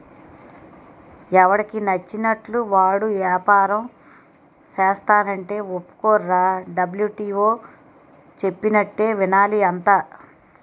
ఎవడికి నచ్చినట్లు వాడు ఏపారం సేస్తానంటే ఒప్పుకోర్రా డబ్ల్యు.టి.ఓ చెప్పినట్టే వినాలి అంతా